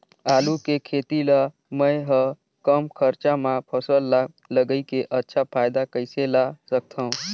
आलू के खेती ला मै ह कम खरचा मा फसल ला लगई के अच्छा फायदा कइसे ला सकथव?